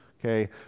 Okay